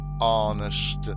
honest